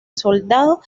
soldado